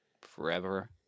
forever